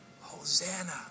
Hosanna